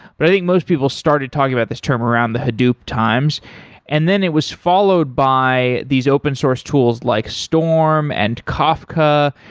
but i think most people started talking about this term around the hadoop times and then it was followed by these open source tools, like storm and kafka,